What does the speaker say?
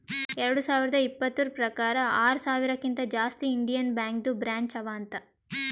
ಎರಡು ಸಾವಿರದ ಇಪ್ಪತುರ್ ಪ್ರಕಾರ್ ಆರ ಸಾವಿರಕಿಂತಾ ಜಾಸ್ತಿ ಇಂಡಿಯನ್ ಬ್ಯಾಂಕ್ದು ಬ್ರ್ಯಾಂಚ್ ಅವಾ ಅಂತ್